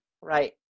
Right